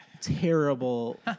terrible